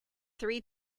three